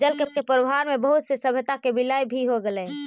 जल के प्रवाह में बहुत से सभ्यता के विलय भी हो गेलई